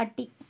പട്ടി